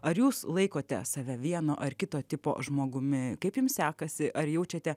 ar jūs laikote save vieno ar kito tipo žmogumi kaip jum sekasi ar jaučiate